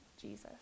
Jesus